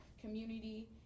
community